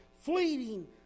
fleeting